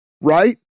right